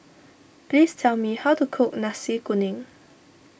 please tell me how to cook Nasi Kuning